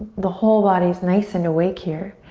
the whole body's nice and awake here.